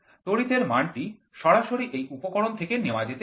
তড়িতের মানটি সরাসরি এই উপকরণ থেকে নেওয়া যেতে পারে